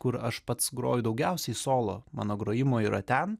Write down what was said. kur aš pats groju daugiausiai solo mano grojimo yra ten